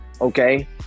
okay